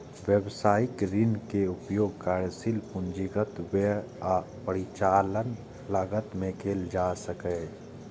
व्यवसायिक ऋण के उपयोग कार्यशील पूंजीगत व्यय आ परिचालन लागत मे कैल जा सकैछ